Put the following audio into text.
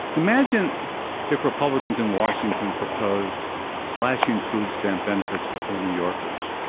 imagine if republicans in washington proposed slashing food stamp benefits to poor new yorkers.